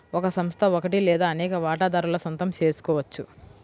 ఒక సంస్థ ఒకటి లేదా అనేక వాటాదారుల సొంతం చేసుకోవచ్చు